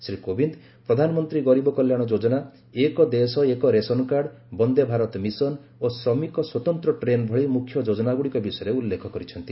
ଶ୍ରୀ କୋବିନ୍ଦ ପ୍ରଧାନମନ୍ତ୍ରୀ ଗରିବ କଲ୍ୟାଣ ଯୋଜନା ଏକ ଦେଶ ଏକ ରେସନକାର୍ଡ୍ ବନ୍ଦେ ଭାରତ ମିଶନ୍ ଓ ଶ୍ରମିକ ସ୍ୱତନ୍ତ୍ର ଟ୍ରେନ୍ ଭଳି ମୁଖ୍ୟ ଯୋଜନାଗୁଡ଼ିକ ବିଷୟରେ ଉଲ୍ଲେଖ କରିଛନ୍ତି